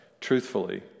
truthfully